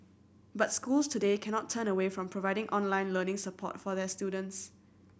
but schools today cannot turn away from providing online learning support for their students